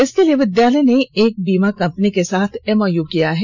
इसके लिए विश्वविद्यालय ने एक बीमा कंपनी के साथ एमओयू किया है